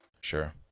Sure